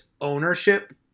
ownership